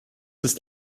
ist